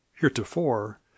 heretofore